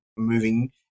moving